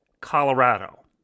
Colorado